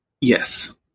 yes